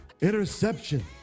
interception